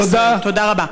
תודה רבה.